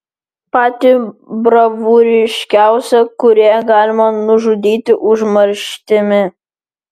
patį bravūriškiausią kūrėją galima nužudyti užmarštimi